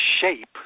shape